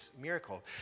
miracle